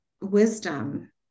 wisdom